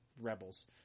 Rebels